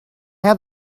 had